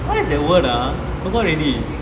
what is the word ah forgot already